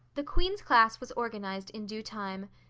the queen's class was organized in due time.